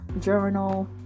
Journal